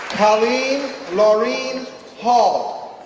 colleen laureen hall,